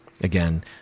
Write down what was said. Again